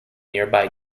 nearby